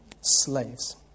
Slaves